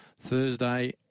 Thursday